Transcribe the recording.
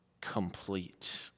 complete